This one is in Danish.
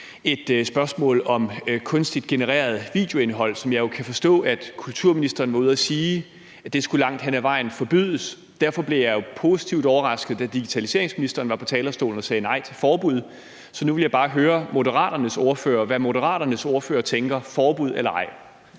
et spørgsmål om kunstigt genereret videoindhold, som jeg jo kan forstå at kulturministeren var ude at sige langt hen ad vejen skulle forbydes. Derfor blev jeg positivt overrasket, da digitaliseringsministeren var på talerstolen og sagde nej til et forbud. Så nu vil jeg bare høre Moderaternes ordfører, hvad Moderaternes ordfører tænker: Skal vi